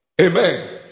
Amen